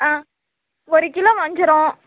ஆ ஒரு கிலோ வஞ்சிரம்